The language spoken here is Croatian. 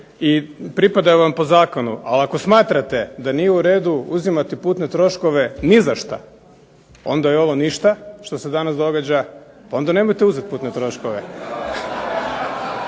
i pripadaju vam po zakonu. Ali ako smatrate da nije u redu uzimati putne troškove ni za šta, onda je ovo ništa što se danas događa, onda nemojte uzeti putne troškove.